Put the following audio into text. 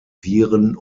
viren